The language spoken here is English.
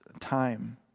time